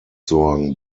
sorgen